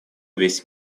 весь